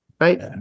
Right